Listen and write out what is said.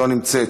לא נמצאת,